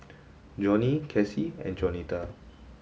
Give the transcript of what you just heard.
Johnny Casie and Jaunita